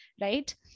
right